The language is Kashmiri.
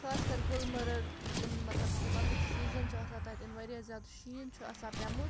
خاص کَر گُلمرگ ییٚلہِ مطلب کہِ وَنٛدُک سیٖزَن چھُ آسان تَتہِ ییٚلہِ واریاہ زیادٕ شیٖن چھُ آسان پیٛومُت